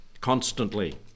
constantly